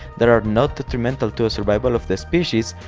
that are not detrimental to a survival of the species,